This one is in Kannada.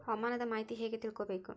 ಹವಾಮಾನದ ಮಾಹಿತಿ ಹೇಗೆ ತಿಳಕೊಬೇಕು?